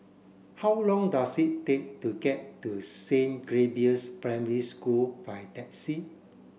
how long does it take to get to Saint Gabriel's Primary School by taxi